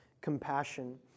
compassion